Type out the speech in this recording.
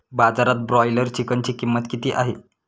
बाजारात ब्रॉयलर चिकनची किंमत किती आहे?